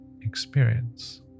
experience